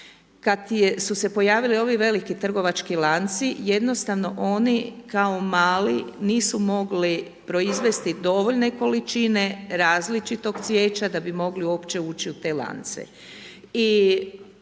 kad su se pojavili ovi veliki trgovački lanci jednostavno oni kao mali nisu mogli proizvesti dovoljne količine različitog cvijeća da bi mogli uopće ući u te lance.